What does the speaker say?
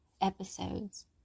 episodes